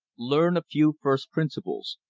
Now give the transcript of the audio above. learn a few first principles.